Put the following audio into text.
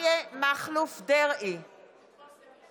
אנחנו הנתון